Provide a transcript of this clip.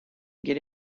get